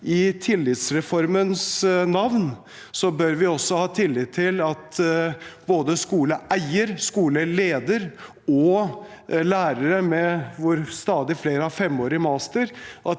I tillitsreformens navn bør vi også ha tillit til at både skoleeiere, skoleledere og lærere, der stadig flere har femårig master,